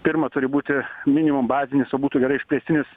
pirma turi būti minimum bazinis o būtų gerai išplėstinis